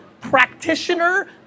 practitioner